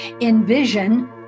envision